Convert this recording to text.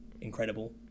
incredible